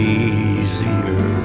easier